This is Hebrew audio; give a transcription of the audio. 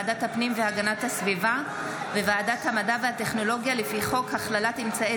ועדת הפנים והגנת הסביבה וועדת המדע והטכנולוגיה לפי חוק הכללת אמצעי